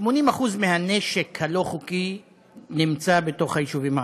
80% מהנשק הלא-חוקי נמצא ביישובים הערביים.